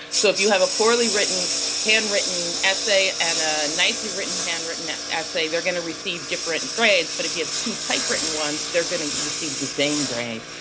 so if you have a poorly written handwritten essay, and a nicely written handwritten essay, they are going to receive different grades, but if you have two typewritten ones, they are going to receive the same grade.